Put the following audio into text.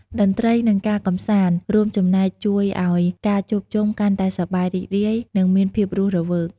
តន្ត្រី និង ការកម្សាន្តរួមចំណែកជួយឱ្យការជួបជុំកាន់តែសប្បាយរីករាយ និង មានភាពរស់រវើក។